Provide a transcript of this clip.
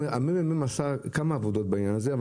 עשה כמה עבודות בעניין הזה.